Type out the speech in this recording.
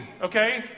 okay